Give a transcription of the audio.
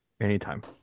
Anytime